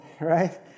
Right